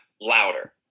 louder